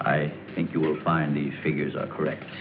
i think you will find the figures are correct